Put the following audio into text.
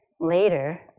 later